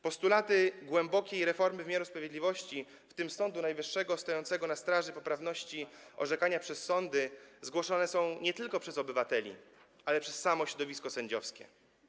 Postulaty głębokiej reformy wymiaru sprawiedliwości, w tym Sądu Najwyższego stojącego na straży poprawności orzekania przez sądy, zgłaszane są nie tylko przez obywateli, ale też przez samo środowisko sędziowskie.